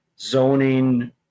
zoning